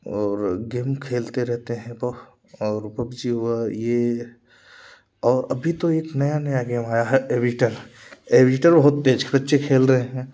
और गेम खेलते रहते हैं वोह और पब्जी हुआ ये और अभी तो एक नया नया गेम आया है एवीटर एवीटर बहुत तेज बच्चे खेल रहे हैं